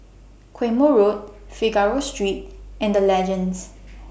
Quemoy Road Figaro Street and The Legends